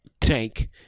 Tank